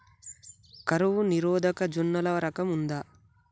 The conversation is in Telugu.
కరువు నిరోధక జొన్నల రకం ఉందా?